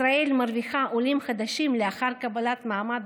ישראל מרוויחה עולים חדשים לאחר קבלת מעמד